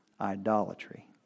idolatry